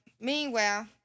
meanwhile